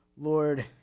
Lord